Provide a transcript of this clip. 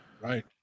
Right